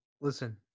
Listen